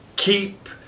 Keep